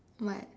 what